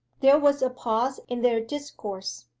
there was a pause in their discourse.